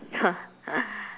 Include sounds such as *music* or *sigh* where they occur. *laughs*